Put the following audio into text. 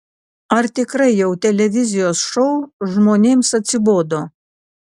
ar tikrai jau televizijos šou žmonėms atsibodo